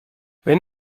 wenn